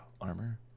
Armor